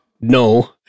No